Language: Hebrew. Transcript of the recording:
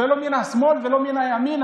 ולא מן השמאל ולא מן הימין.